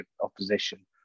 opposition